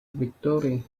victorian